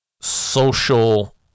social